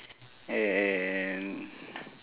and